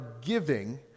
giving